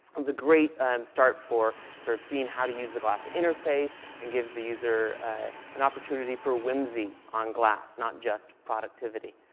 it was a great start for sort of seeing how to use the glass interface and gives the user an opportunity for whimsy on glass. not just productivity.